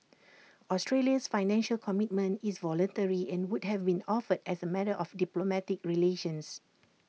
Australia's Financial Commitment is voluntary and would have been offered as A matter of diplomatic relations